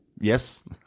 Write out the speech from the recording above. Yes